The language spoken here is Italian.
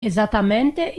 esattamente